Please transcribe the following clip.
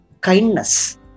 kindness